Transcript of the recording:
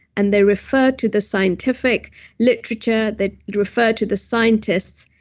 and they refer to the scientific literature, they refer to the scientists.